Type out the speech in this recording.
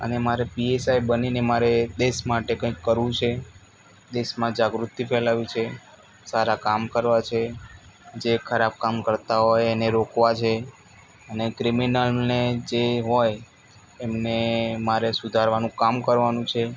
અને મારે પીએસઆઈ બનીને મારે દેશ માટે કંઇક કરવું છે દેશમાં જાગૃતિ ફેલાવવી છે સારા કામ કરવાં છે જે ખરાબ કામ કરતા હોય એને રોકવા છે અને ક્રિમિનલ ને જે હોય એમને મારે સુધારવાનું કામ કરવાનું છે